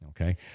Okay